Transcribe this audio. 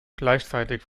gleichzeitig